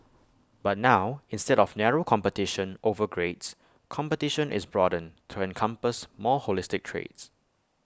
but now instead of narrow competition over grades competition is broadened to encompass more holistic traits